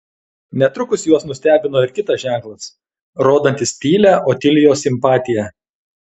netrukus juos nustebino ir kitas ženklas rodantis tylią otilijos simpatiją